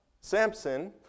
Samson